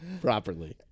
Properly